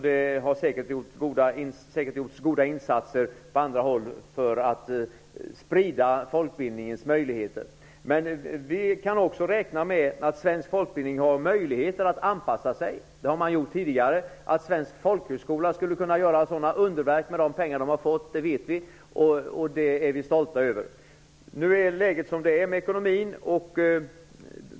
Det har säkert gjorts goda insatser på andra håll för att sprida folkbildning. Vi kan också räkna med att svensk folkbildning har möjligheter att anpassa sig. Det har hänt tidigare. Att svensk högskola har gjort underverk med de pengar den har fått vet vi. Det är vi stolta över. Nu är det ekonomiska läget som det är.